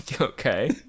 Okay